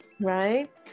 right